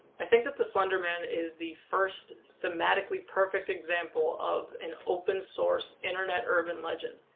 i think that the slender man is the first thematically perfect example of an open-source, internet urban legend.